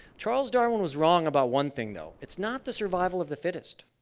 charles darwin was wrong about one thing though it's not the survival of the fittest.